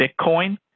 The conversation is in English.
Bitcoin